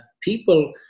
people